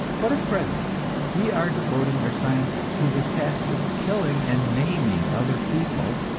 but at present we are devoting our science to the task of killing and maiming other people,